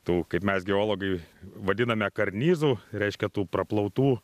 tų kaip mes geologai vadiname karnizų reiškia tų praplautų